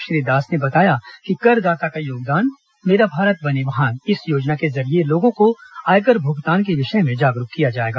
श्री दास ने बताया कि करदाता का योगदान मेरा भारत बने महान योजना के जरिये लोगों को आयकर भुगतान के विषय में जागरूक किया जाएगा